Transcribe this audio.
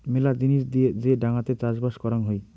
মেলা জিনিস দিয়ে যে ডাঙাতে চাষবাস করাং হই